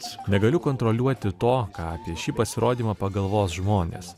negaliu kontroliuoti to ką apie šį pasirodymą pagalvos žmonės